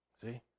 See